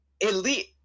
elite